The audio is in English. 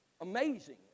amazing